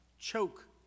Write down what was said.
Choke